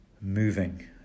moving